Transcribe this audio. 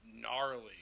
gnarly